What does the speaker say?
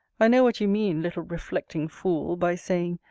i know what you mean, little reflecting fool, by saying,